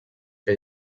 que